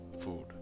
food